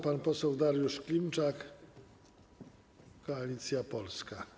Pan poseł Dariusz Klimczak, Koalicja Polska.